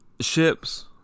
ships